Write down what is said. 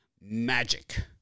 Magic